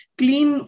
clean